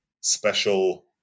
special